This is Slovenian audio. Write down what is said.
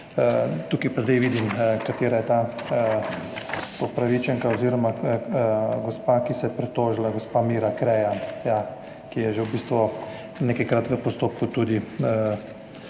Tukaj pa zdaj vidim, katera je ta upravičenka oziroma gospa, ki se je pritožila, to je gospa Mira Krejan, ki je že v bistvu nekajkrat v postopku